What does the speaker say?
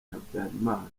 habyalimana